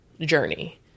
journey